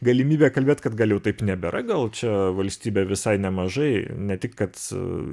galimybė kalbėt kad gal jau taip nebėra gal čia valstybė visai nemažai ne tik kad